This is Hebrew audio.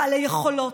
בעלי יכולות,